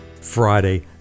Friday